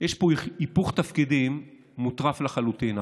יש פה היפוך תפקידים מוטרף לחלוטין,